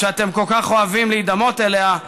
שאתם כל כך אוהבים להידמות אליה,